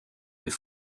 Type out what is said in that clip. deux